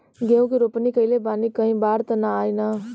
गेहूं के रोपनी कईले बानी कहीं बाढ़ त ना आई ना?